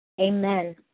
Amen